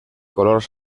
color